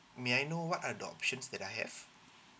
may I know what are the options that I have